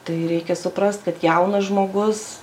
tai reikia suprast kad jaunas žmogus